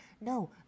no